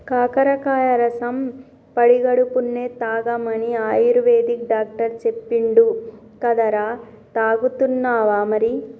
కాకరకాయ కాయ రసం పడిగడుపున్నె తాగమని ఆయుర్వేదిక్ డాక్టర్ చెప్పిండు కదరా, తాగుతున్నావా మరి